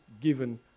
given